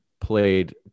played